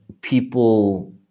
people